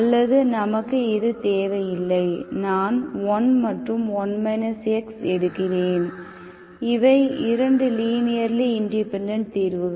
அல்லது நமக்கு இது தேவையில்லை நான் 1 மற்றும் 1 x எடுக்கிறேன் இவை இரண்டு லீனியர்லி இண்டிபெண்டெண்ட் தீர்வுகள்